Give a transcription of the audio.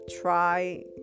try